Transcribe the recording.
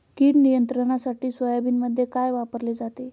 कीड नियंत्रणासाठी सोयाबीनमध्ये काय वापरले जाते?